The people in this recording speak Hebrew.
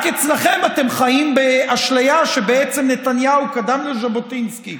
רק אצלכם אתם חיים באשליה שבעצם נתניהו קדם לז'בוטינסקי